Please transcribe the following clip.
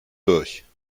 durch